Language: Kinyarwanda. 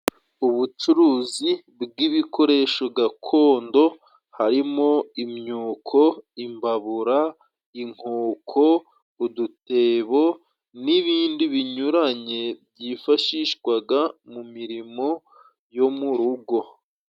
Ubucuruzi bw'ibikoresho gakondo harimo: imyuko, imbabura, inkoko, udutebo n'ibindi binyuranye byifashishwaga mu mirimo yo mu rugo.